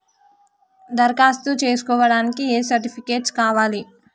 దరఖాస్తు చేస్కోవడానికి ఏ సర్టిఫికేట్స్ కావాలి?